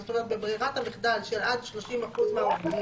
זאת אומרת גם בברירת המחדל של עד 30% מהעובדים,